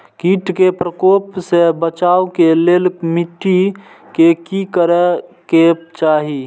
किट के प्रकोप से बचाव के लेल मिटी के कि करे के चाही?